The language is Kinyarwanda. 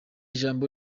jambo